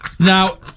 Now